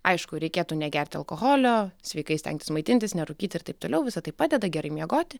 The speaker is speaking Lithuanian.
aišku reikėtų negerti alkoholio sveikai stengtis maitintis nerūkyti ir taip toliau visa tai padeda gerai miegoti